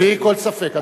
בלי כל ספק,